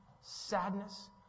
sadness